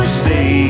say